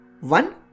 One